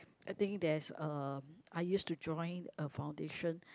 I think there is a hire to join a foundation